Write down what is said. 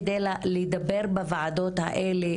כדי לדבר בוועדות האלה,